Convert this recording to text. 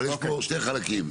אבל יש פה שני חלקים.